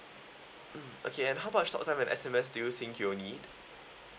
mm okay and how much talk time and S_M_S do you think you'll need